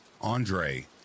Andre